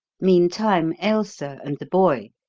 meantime ailsa and the boy,